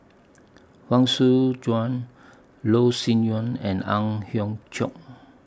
Huang Shu Joan Loh Sin Yun and Ang Hiong Chiok